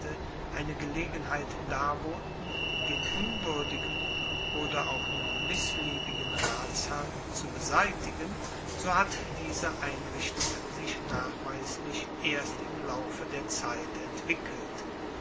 eine gelegenheit darboten den unwuerdigen oder auch nur missliebigen ratsherrn zu beseitigen so hat diese einrichtung sich nachweislich erst im laufe der zeit entwickelt